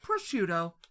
prosciutto